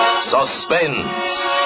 Suspense